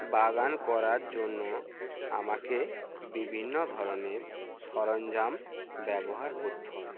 বাগান করার জন্য আমাকে বিভিন্ন ধরনের সরঞ্জাম ব্যবহার করতে হয়